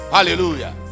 Hallelujah